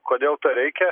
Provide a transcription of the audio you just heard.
kodėl to reikia